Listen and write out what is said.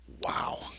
Wow